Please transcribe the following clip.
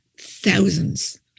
thousands